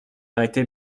arrêté